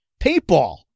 paintball